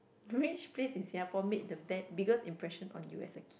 which place in Singapore made the best biggest impression on you as a kid